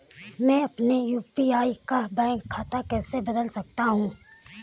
मैं अपने यू.पी.आई का बैंक खाता कैसे बदल सकता हूँ?